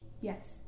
Yes